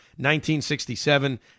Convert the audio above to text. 1967